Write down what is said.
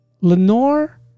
Lenore